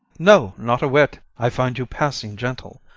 no, not a whit i find you passing gentle.